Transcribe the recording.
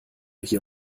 hier